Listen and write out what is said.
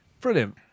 brilliant